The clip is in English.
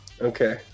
Okay